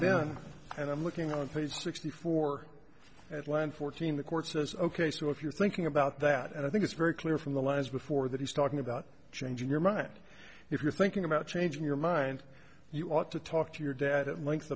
then and i'm looking on page sixty four at land fourteen the court says ok so if you're thinking about that and i think it's very clear from the last before that he's talking about changing your mind if you're thinking about changing your mind you ought to talk to your dad at length